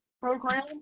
Program